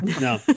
No